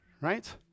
right